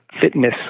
fitness